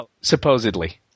supposedly